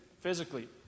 physically